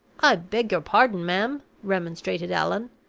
i beg your pardon, ma'am, remonstrated allan.